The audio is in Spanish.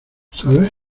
sabe